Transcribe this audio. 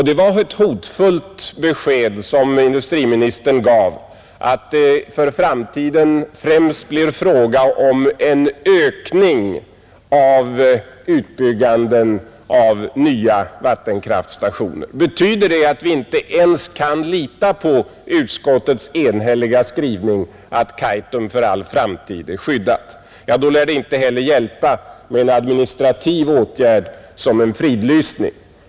Det var ett hotfullt besked som industriministern gav att det för framtiden främst blir fråga om en ökning av utbyggnaden av nya vattenkraftstationer. Betyder det att vi inte ens kan lita på utskottets enhälliga skrivning att Kaitum för all framtid är skyddat, ja, då lär det inte heller hjälpa med en administrativ åtgärd som en fridlysning.